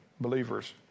believers